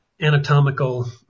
anatomical